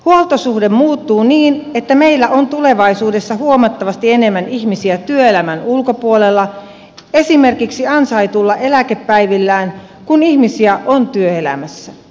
huoltosuhde muuttuu niin että meillä on tulevaisuudessa huomattavasti enemmän ihmisiä työelämän ulkopuolella esimerkiksi ansaituilla eläkepäivillään kuin ihmisiä on työelämässä